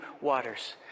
waters